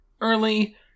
early